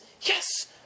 Yes